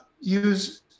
use